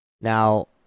Now